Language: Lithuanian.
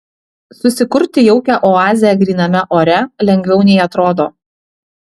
susikurti jaukią oazę gryname ore lengviau nei atrodo